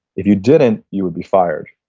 if you didn't, you would be fired.